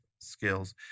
skills